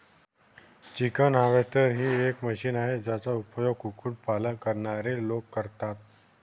chicken harvester ही एक machine आहे, ज्याचा उपयोग कुक्कुट पालन करणारे लोक करतात